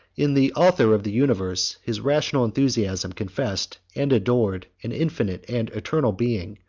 in the author of the universe, his rational enthusiasm confessed and adored an infinite and eternal being,